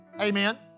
Amen